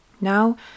Now